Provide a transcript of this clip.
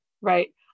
right